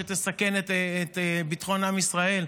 שתסכן את ביטחון עם ישראל?